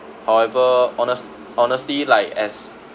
however honest honestly like as